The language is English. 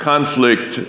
conflict